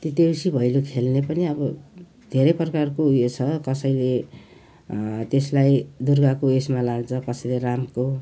त्यो देउसी भैलो खेल्ने पनि अब धेरै प्रकारको उयो छ कसैले त्यसलाई दुर्गाको यसमा लान्छ कसैले रामको